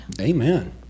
amen